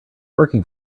working